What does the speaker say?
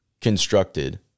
constructed